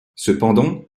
cependant